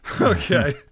okay